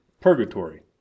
purgatory